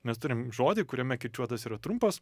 mes turim žodį kuriame kirčiuotas yra trumpas